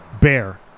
Bear